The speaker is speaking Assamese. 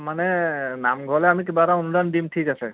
মানে নামঘৰলে আমি কিবা এটা অনুদান দিম ঠিক আছে